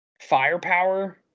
firepower